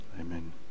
amen